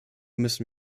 müssen